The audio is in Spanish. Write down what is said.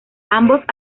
ambos